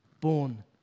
born